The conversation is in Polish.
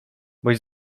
boś